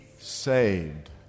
saved